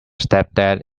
stepdad